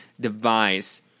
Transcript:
device